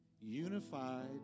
Unified